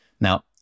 Now